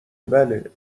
بله